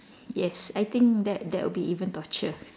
yes I think that that will be even torture